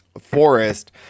forest